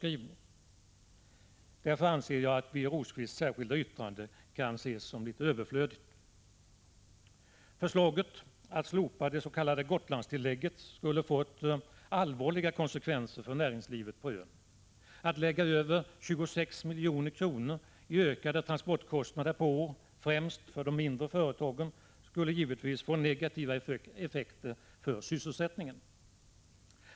Därför anser jag att Birger 129 Rosqvists särskilda yttrande är litet överflödigt. Ett förverkligande av förslaget att slopa det s.k. Gotlandstillägget skulle ha fått allvarliga konsekvenser för näringslivet på ön. Att lägga över 26 milj.kr. i ökade transportkostnader på främst de mindre företagen skulle givetvis få negativa effekter för sysselsättningen.